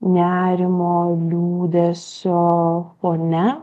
nerimo liūdesio fone